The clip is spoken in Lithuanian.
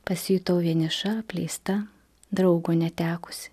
pasijutau vieniša apleista draugo netekusi